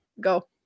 go